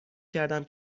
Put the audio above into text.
کردم